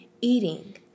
Eating